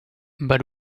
but